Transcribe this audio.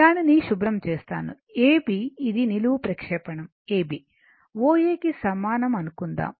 దానిని శుభ్రం చేస్తాను A B ఇది నిలువు ప్రక్షేపణం A B OA కి సమానం అనుకుందాం